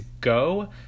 go